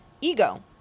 ego